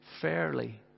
fairly